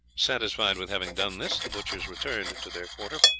satisfied with having done this the butchers returned to their quarter,